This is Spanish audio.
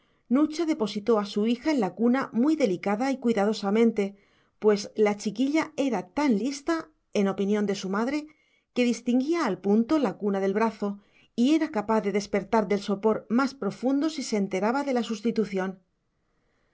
nucha depositó a su hija en la cuna muy delicada y cuidadosamente pues la chiquilla era tan lista en opinión de su madre que distinguía al punto la cuna del brazo y era capaz de despertar del sopor más profundo si se enteraba de la sustitución